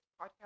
podcast